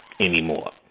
Anymore